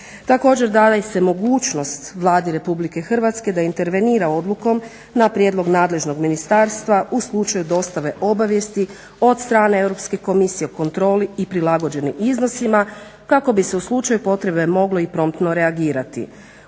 Također daje se mogućnost Vladi RH da intervenira odlukom na prijedlog nadležnog ministarstva u slučaju dostave obavijesti od strane Europske komisije o kontroli i prilagođenim iznosima kako bi se u slučaju potrebe moglo i promptno reagirati.